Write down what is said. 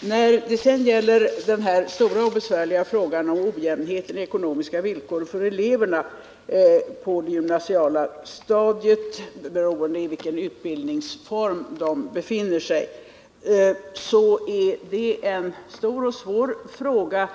När det sedan gäller den stora och besvärliga frågan om ojämnheten i ekonomiska villkor för elever på det gymnasiala stadiet, beroende på i vilken utbildningsform de befinner sig, är ju detta en stor och svår fråga.